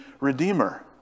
redeemer